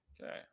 Okay